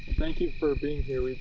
thank you for being here,